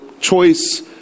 choice